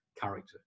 character